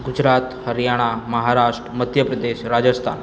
Gujarat Haryana Maharashtra Madhya Pradesh Rajasthan